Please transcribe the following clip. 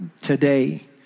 today